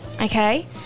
okay